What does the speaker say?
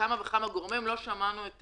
כמה וכמה גורמים, אבל לא שמענו את